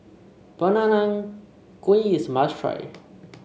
Peranakan Kueh is a must try